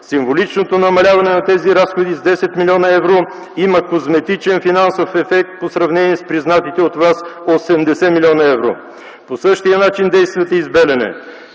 Символичното намаляване на тези разходи с 10 млн. евро има козметичен, финансов ефект, в сравнение с признатите от Вас 80 млн. евро. По същия начин действате и с „Белене”.